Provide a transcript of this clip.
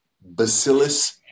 bacillus